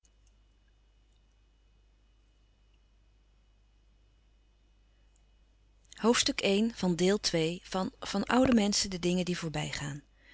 van oude menschen de dingen die voorbij